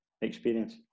experience